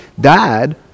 died